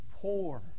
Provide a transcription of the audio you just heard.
poor